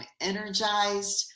energized